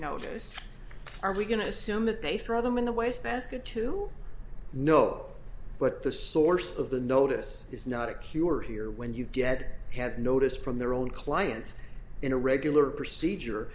notice are we going to assume that they throw them in the wastebasket to know what the source of the notice is not a cure here when you get have notice from their own client in a regular procedure